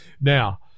Now